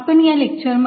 dl आपण या lecture मध्ये